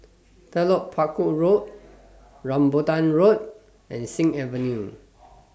Telok Paku Road Rambutan Road and Sing Avenue